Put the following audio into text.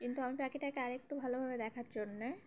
কিন্তু আমি পাখিটাকে আরেকটু ভালোভাবে দেখার জন্যে